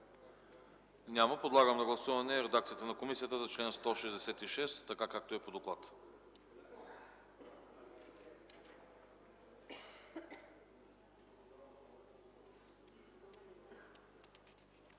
прието. Подлагам на гласуване редакцията на комисията за чл. 169, така както е по доклада.